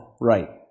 Right